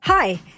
Hi